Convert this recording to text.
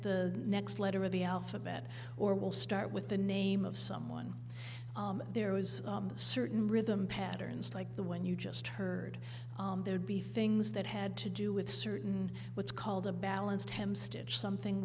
the next letter of the alphabet or we'll start with the name of someone there was a certain rhythm patterns like the one you just heard there would be things that had to do with certain what's called a balanced him stitch something